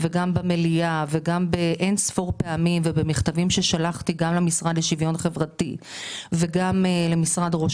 וגם במליאה וגם במכתבים ששלחתי למשרד לשוויון חברתי ולמשרד ראש